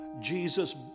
Jesus